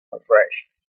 refreshed